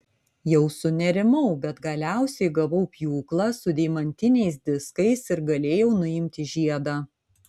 jau sunerimau bet galiausiai gavau pjūklą su deimantiniais diskais ir galėjau nuimti žiedą